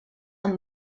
amb